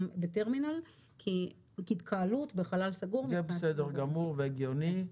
הטרמינל כי התקהלות בחלל סגור זה --- זה בסדר גמור והגיוני.